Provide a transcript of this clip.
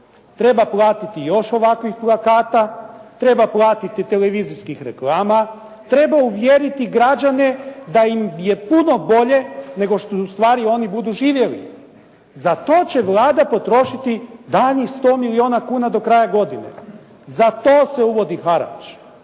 Treba platiti još ovakvih plakata, treba platiti televizijskih reklama, treba uvjeriti građane da im je puno bolje nego što ustvari oni budu živjeli. Za to će Vlada potrošiti daljnjih 100 milijona kuna do kraja godine. Za to se uvodi harač.